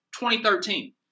2013